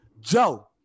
Joe